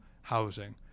housing